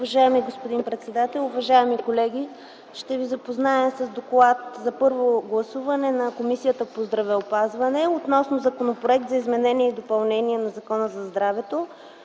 Уважаеми господин председател, уважаеми колеги! Ще ви запозная с: „ДОКЛАД за първо гласуване на Комисията по здравеопазването относно Законопроект за изменение и допълнение на Закона за здравето,